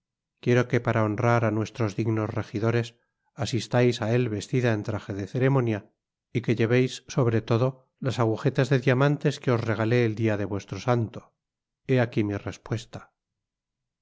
quiero que para honrar á nuestros dignos rejidores asistais á él vestida en traje de ceremonia y que lleveis sobre todo las agujetas de diamantes que os regalé el dia de vuestro santo he aqui mi respuesta